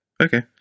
Okay